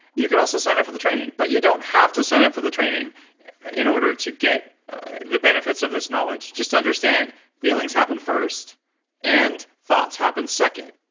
you can also sign up for the training. but you don't have to sign up for the training in order to get the benefits of this knowledge. just understand feelings happen first and thoughts happen second.